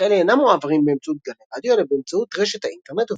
אך אלה אינם מועברים באמצעות גלי רדיו אלא באמצעות רשת האינטרנט,